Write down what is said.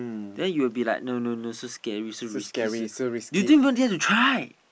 then you will be like no no no so scary so risky so you didn't even dare to try